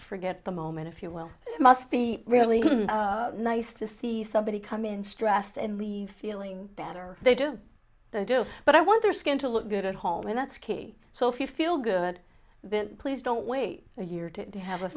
forget the moment if you will it must be really nice to see somebody come in stressed and leave feeling better they do do it but i want their skin to look good at home and that's key so if you feel good then please don't wait a year to have a